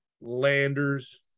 Landers